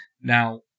Now